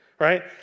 Right